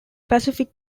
pacific